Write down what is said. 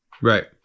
Right